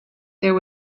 there